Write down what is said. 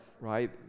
right